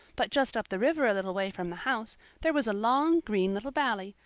but just up the river a little way from the house there was a long green little valley,